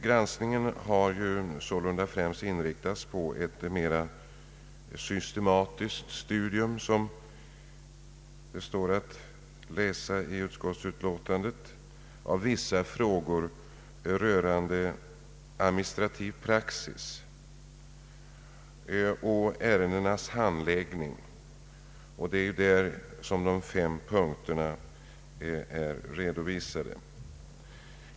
Granskningen har sålunda främst inriktats på ett mera systematiskt studium, som det står att läsa i utskottets memorial, av vissa frågor rörande administrativ praxis och ärendenas handläggning, och denna granskning redovisas i fem punkter.